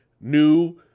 New